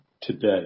today